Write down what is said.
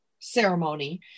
ceremony